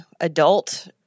adult